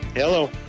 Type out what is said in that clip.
Hello